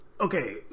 Okay